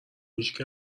هیچکی